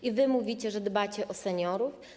I wy mówicie, że dbacie o seniorów?